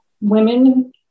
women